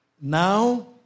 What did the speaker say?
Now